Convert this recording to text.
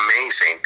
amazing